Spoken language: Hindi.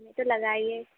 तो लगाइए